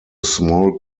small